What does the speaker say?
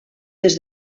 des